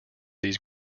these